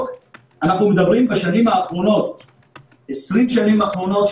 אנחנו מדברים על זה שב-20 שנים האחרונות,